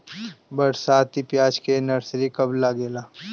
बरसाती प्याज के नर्सरी कब लागेला?